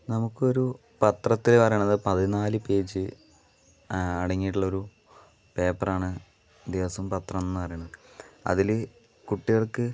നമുക്കൊരു പത്രത്തിൽ വരുന്നത് പതിനാല് പേജ് അടങ്ങിയിട്ടുള്ളൊരു പേപ്പറാണ് ദിവസവും പത്രമെന്ന് പറയുന്നത് അതിൽ കുട്ടികൾക്ക്